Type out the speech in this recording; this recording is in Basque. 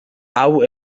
hau